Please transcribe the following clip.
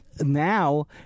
now